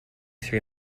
three